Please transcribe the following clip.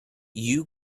you